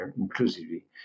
inclusively